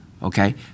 Okay